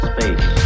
Space